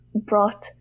brought